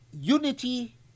unity